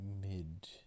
mid